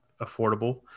affordable